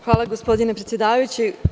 Hvala, gospodine predsedavajući.